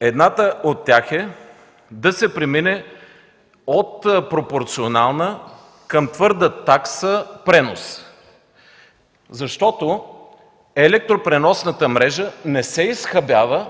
Едната от тях е да се премине от пропорционална към твърда такса пренос. Защото електропреносната мрежа не се изхабява